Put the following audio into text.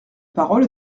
parole